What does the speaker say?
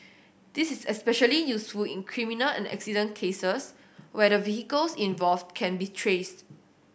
this is especially useful in criminal and accident cases where the vehicles involved can be traced